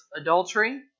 adultery